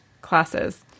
classes